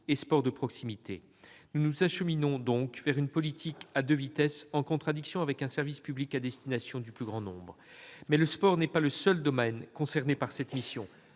et sport de proximité. Nous nous acheminons donc vers une politique à deux vitesses, en contradiction avec le principe d'un service public à destination du plus grand nombre. Le sport n'est pas le seul domaine concerné par cette mission.